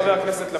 חבר הכנסת לפיד,